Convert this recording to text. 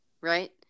right